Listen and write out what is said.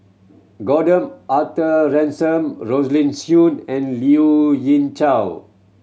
Gordon Arthur Ransome Rosaline Soon and Liu Ying Chow